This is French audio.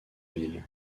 ville